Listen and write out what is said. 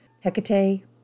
Hecate